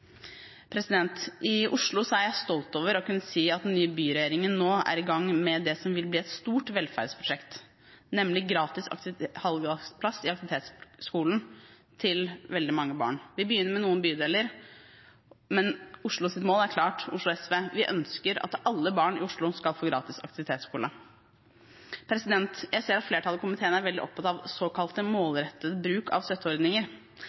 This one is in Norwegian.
er stolt over å kunne si at den nye byregjeringen i Oslo nå er i gang med det som vil bli et stort velferdsprosjekt, nemlig gratis halvdagsplass i aktivitetsskolen for veldig mange barn. Vi begynner med noen bydeler, men Oslo SVs mål er klart: Vi ønsker at alle barn i Oslo skal få gratis aktivitetsskole. Jeg ser at flertallet i komiteen er veldig opptatt av såkalt målrettet bruk av støtteordninger.